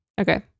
okay